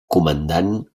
comandant